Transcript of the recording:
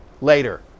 later